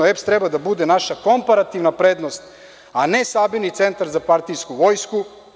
Elektroprivreda Srbije treba da bude naša komparativna prednost, a ne sabirni centar za partijsku vojsku.